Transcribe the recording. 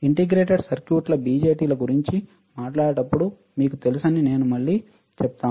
integrated సర్క్యూట్ల BJT ల గురించి మాట్లాడేటప్పుడు మీకు తెలుసని నేను మళ్ళీ చెప్తాను